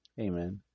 Amen